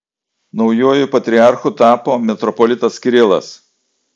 naujuoju patriarchu tapo metropolitas kirilas